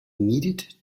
needed